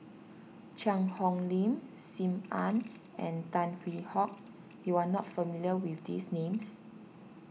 Cheang Hong Lim Sim Ann and Tan Hwee Hock you are not familiar with these names